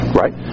right